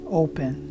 open